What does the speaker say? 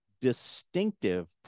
distinctive